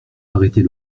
arrêter